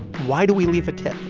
why do we leave a tip?